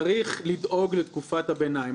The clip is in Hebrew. צריך לדאוג לתקופת הביניים.